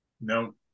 no